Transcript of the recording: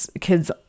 kids